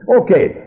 Okay